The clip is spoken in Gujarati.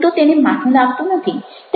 તો તેને માઠું લાગતું નથી